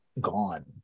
gone